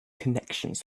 connections